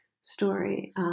story